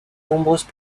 nombreuses